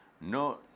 no